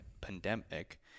pandemic